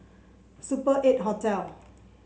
Super Eight Hotel